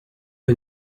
que